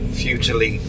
futilely